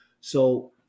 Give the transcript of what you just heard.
So-